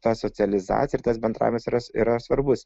ta socializacija ir tas bendravimas yra yra svarbus